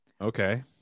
okay